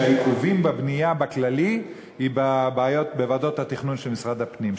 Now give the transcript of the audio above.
שהעיכובים בבנייה בכללי הם בוועדות התכנון של משרד הפנים,